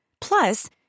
Plus